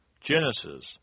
Genesis